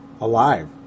alive